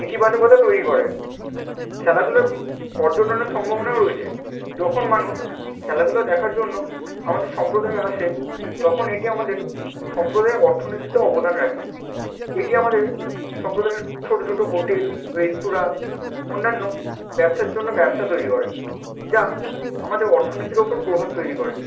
ইতিবাচকতা তৈরি করে খেলাধুলা পর্যটনের সম্ভাবনা রয়েছে যখন মানুষ খেলাধুলা দেখার জন্য আমাদের সম্প্রদায়ে আসে তখন এটি আমাদের সম্প্রদায়ের অর্থনীতিতে অবদান রাখে এটি আমাদের সম্প্রদায়ের ছোটো ছোটো হোটেল রেস্তোরাঁ অন্যান্য ব্যবসার জন্য ব্যবসা তৈরি করে যা আমাদের অর্থনীতির ওপর প্রভাব তৈরি করে